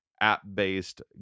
app-based